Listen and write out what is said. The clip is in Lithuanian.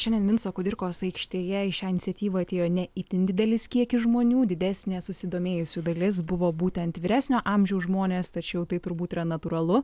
šiandien vinco kudirkos aikštėje į šią iniciatyvą atėjo ne itin didelis kiekis žmonių didesnė susidomėjusių dalis buvo būtent vyresnio amžiaus žmonės tačiau tai turbūt yra natūralu